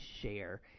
share